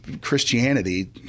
Christianity